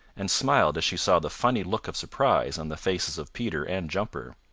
and smiled as she saw the funny look of surprise on the faces of peter and jumper.